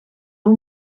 nhw